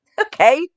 Okay